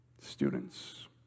students